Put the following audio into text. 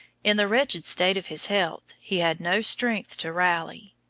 in the wretched state of his health he had no strength to rally.